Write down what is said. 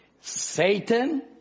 Satan